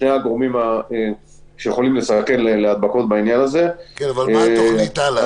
מה התכנית הלאה?